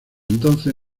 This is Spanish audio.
entonces